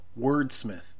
wordsmith